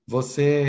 Você